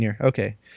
Okay